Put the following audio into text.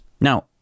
Now